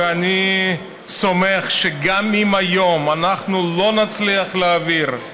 ואני סומך שגם אם היום אנחנו לא נצליח להעביר,